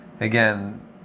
Again